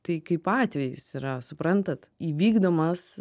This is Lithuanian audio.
tai kaip atvejis yra suprantat įvykdomas